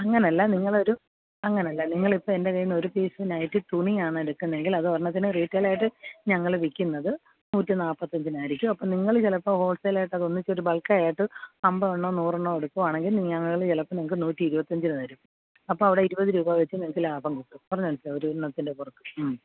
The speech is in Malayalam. അങ്ങനെയല്ല നിങ്ങളൊരു അങ്ങനെയല്ല നിങ്ങളിപ്പോള് എന്റെ കയ്യീന്ന് ഒരു പീസ് നൈറ്റി തുണിയാണ് എടുക്കുന്നേങ്കിൽ അതൊരെണ്ണത്തിന് റിറ്റൈലായിട്ട് ഞങ്ങള് വില്ക്കുന്നത് നൂറ്റി നാല്പ്പത്തഞ്ചിനായിരിക്കും അപ്പോള് നിങ്ങള് ചിലപ്പോള് ഹോൾസെയിലായിട്ട് അതൊന്നിച്ച് ഒരു ബൾക്കായിട്ട് അമ്പതെണ്ണമോ നൂറെണ്ണമോ എടുക്കുകയാണെങ്കില് ഞങ്ങള് ചിലപ്പോള് നിങ്ങള്ക്ക് നൂറ്റി ഇരുപത്തിയഞ്ചിന് തരും അപ്പോഴവിടെ ഇരുപത് രൂപാ വെച്ച് നിങ്ങള്ക്ക് ലാഭം കിട്ടും പറഞ്ഞതു മനസിലായോ ഒരെണ്ണത്തിൻറ്റെ പുറത്ത് ഉം